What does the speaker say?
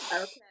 okay